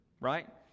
right